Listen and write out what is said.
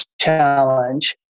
challenge